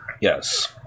Yes